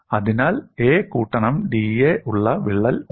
അതിനാൽ എനിക്ക് 'a കൂട്ടണം da' ഉള്ള വിള്ളൽ ഉണ്ട്